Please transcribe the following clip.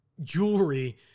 jewelry